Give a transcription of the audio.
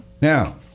Now